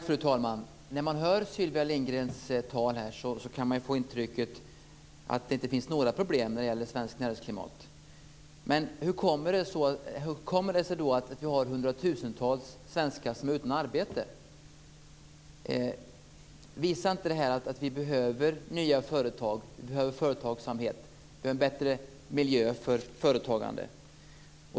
Fru talman! När man hör Sylvia Lindgrens tal kan man få intrycket att det inte finns några problem när det gäller svenskt näringslivsklimat. Men hur kommer det sig då att vi har hundratusentals svenskar som är utan arbete? Visar inte det att vi behöver nya företag? Vi behöver företagsamhet och en bättre miljö för företagande.